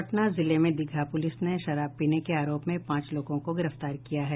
पटना जिले में दीघा प्रलिस ने शराब पीने के आरोप में पांच लोगों को गिरफ्तार किया है